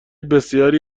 بسیاری